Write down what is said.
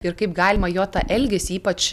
ir kaip galima jo tą elgesį ypač